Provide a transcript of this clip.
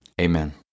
Amen